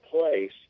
place